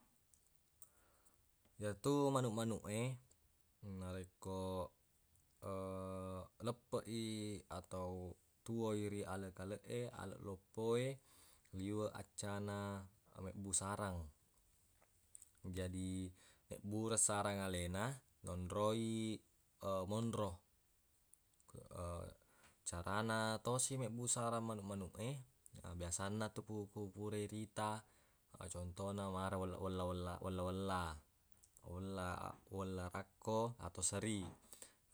Yetu manuq-manuq e narekko leppeq i atau tuwoi ri aleq-kaleq e aleq loppoe liweq accana mebbu sarang jadi nebbureng sarang alena nonroi monro carana tosi mebbu sarang manuq-manuq e biasanna tu ku fura irita contona mare wella-wella wella-wella wella- wella rakko atau seri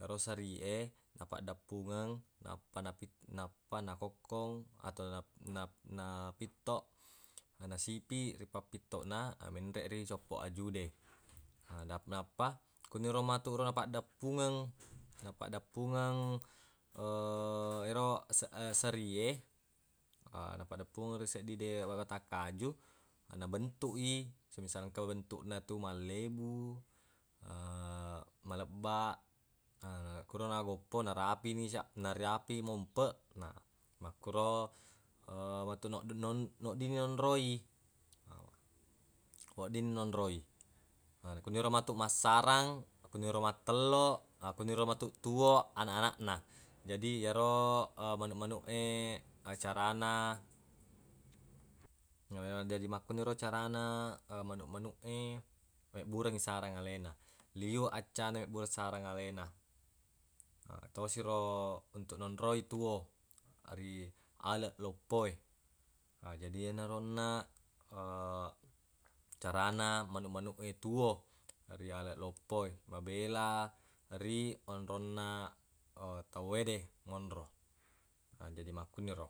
ero serie napaddeppungeng nappa napit- nappa nakokkong atau na- napittoq nasipiq ri pappittoq na menre ri coppo aju de na- nappa kuniro matu ro napaddeppungeng napaddeppungeng ero se- serie napaddepung ri seddi de wawatakkaju nabentuq i semisal engka bentuqna tu mallebu malebba kuro nagoppo narapini ria narapi mompeq na makkuro matu nod- nodding nonroi wedding nonroi na kuniro matu massarang kuniro mattello kuniro matu tuwo anaqna jadi ero manuq-manuq e carana jadi makkuniro carana manuq-manuq e mebburengngi sarang alena liweq accana mebbureng sarang alena tosiro untuq nonroi tuwo ri aleq loppoe a jadi yenaro onnaq carana manuq-manuq e tuwo ri aleq loppoe mabela ri onronna tawwe de monro jadi makkuniro.